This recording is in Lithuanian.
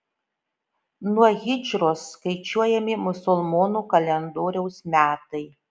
nuo hidžros skaičiuojami musulmonų kalendoriaus metai